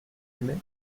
aimé